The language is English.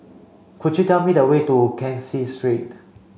could you tell me the way to Kee Seng Street